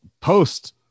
post-